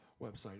website